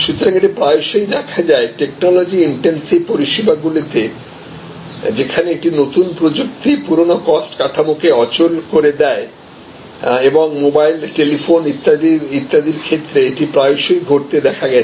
সুতরাং এটি প্রায়শই দেখা যায় টেকনোলজি ইনটেনসিভ পরিষেবাগুলিতে যেখানে একটি নতুন প্রযুক্তি পুরানো কস্ট কাঠামো কে অচল করে দেয় এবং মোবাইল টেলিফোন ইত্যাদির ক্ষেত্রে এটি প্রায়শই ঘটতে দেখা গেছে